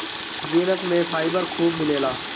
beans में fibre खूब मिलेला